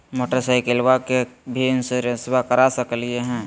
मोटरसाइकिलबा के भी इंसोरेंसबा करा सकलीय है?